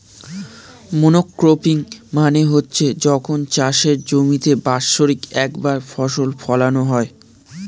monocropping মানে হচ্ছে যখন চাষের জমিতে বাৎসরিক একবার ফসল ফোলানো হয়